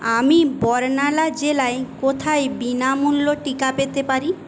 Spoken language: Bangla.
আমি বার্নালা জেলায় কোথায় বিনামূল্যে টিকা পেতে পারি